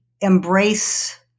embrace